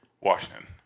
Washington